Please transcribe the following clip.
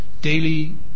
Daily